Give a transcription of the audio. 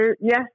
yes